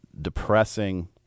depressing